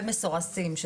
ומסורסים.